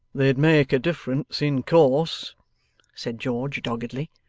they'd make a difference in course said george doggedly.